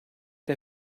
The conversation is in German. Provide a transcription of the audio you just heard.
der